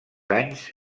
anys